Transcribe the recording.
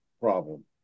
problem